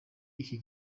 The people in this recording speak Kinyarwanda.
iki